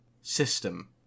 system